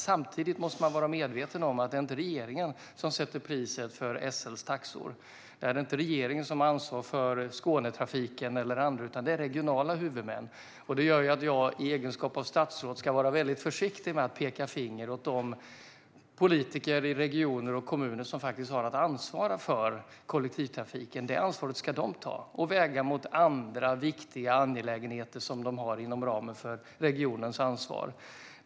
Samtidigt måste man vara medveten om att det inte är regeringen som bestämmer SL:s taxor. Det är inte regeringen som har ansvar för Skånetrafiken eller andra, utan det är regionala huvudmän. Det gör att jag i egenskap av statsråd ska vara väldigt försiktig med att peka finger åt de politiker i regioner och kommuner som har att ansvara för kollektivtrafiken. Det ansvaret ska de ta och väga mot andra viktiga angelägenheter som de har inom ramen för regionens ansvar.